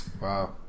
Wow